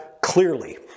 clearly